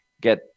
get